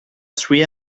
three